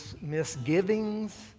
misgivings